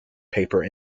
paper